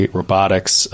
robotics